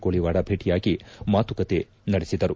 ಕೋಳಿವಾಡ ಭೇಟಿಯಾಗಿ ಮಾಶುಕತೆ ನಡೆಸಿದರು